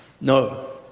No